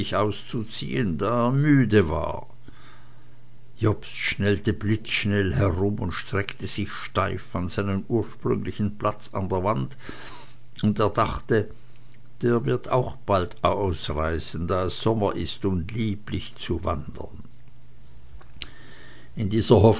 auszuziehen da er müde war jobst schnellte blitzschnell herum und streckte sich steif an seinen ursprünglichen platz an der wand und er dachte der wird bald wieder ausreißen da es sommer ist und lieblich zu wandern in dieser